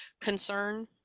concern